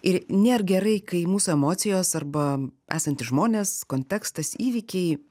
ir nėr gerai kai mūsų emocijos arba esantys žmonės kontekstas įvykiai